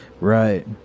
Right